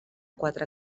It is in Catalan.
quatre